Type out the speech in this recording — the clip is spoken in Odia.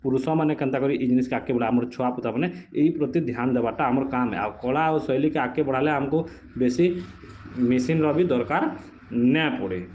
ପୁରୁଷମାନେ କେନ୍ତା କରି ଇ ଜିନିଷ୍କେ ଆଗ୍କେ ବଢ଼ା ଆମର ଛୁଆ ପୋତାମାନେ ଏହି ପ୍ରତି ଧ୍ୟାନ୍ ଦେବାଟା ଆମର୍ କାମ୍ହେ କଲା ଓ ଶୈଳୀ କେ ଆଗ୍କେ ବଢ଼ାଲେ ଆମକୁ ବେଶୀ ମେସିନ୍ର ବି ଦରକାର ନା ପଡ଼େ